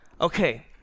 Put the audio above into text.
okay